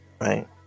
right